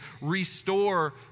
restore